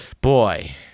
boy